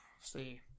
see